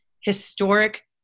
historic